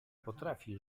potrafi